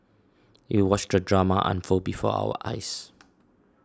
we watched the drama unfold before our eyes